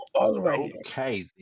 okay